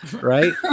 right